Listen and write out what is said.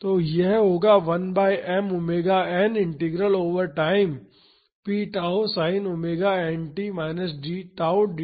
तो यह होगा 1 by M omega N integral over time p tau sine omega n t minus tau d tau